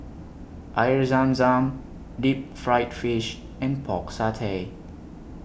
Air Zam Zam Deep Fried Fish and Pork Satay